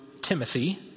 Timothy